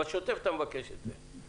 בשוטף אתה מבקש את זה.